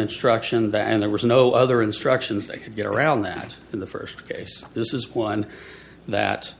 instruction that and there was no other instructions they could get around that in the first case this is one that